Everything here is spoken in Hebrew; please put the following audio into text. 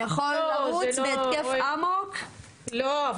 הוא יכול לרוץ בהתקף אמוק --- לא,